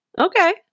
okay